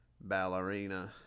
Ballerina